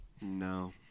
No